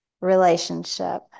relationship